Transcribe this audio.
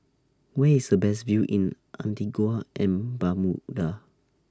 Where IS The Best View in Antigua and Barbuda